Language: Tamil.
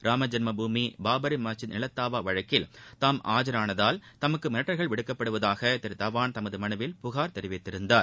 ராமஜென்மபூமி பாபரி மஸ்ஜித் நிலத்தாவா வழக்கில் தாம் ஆஜரானதால் தமக்கு மிரட்டல்கள் விடுக்கப்படுவதாக திரு தவான் தமது மனுவில் புகார் செய்திருந்தார்